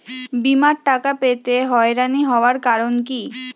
বিমার টাকা পেতে হয়রানি হওয়ার কারণ কি?